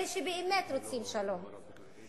אלה שבאמת רוצים שלום,